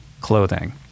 clothing